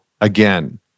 again